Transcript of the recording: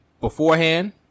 beforehand